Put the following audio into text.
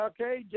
okay